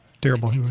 terrible